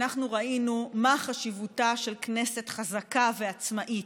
אנחנו ראינו מה חשיבותה של כנסת חזקה ועצמאית,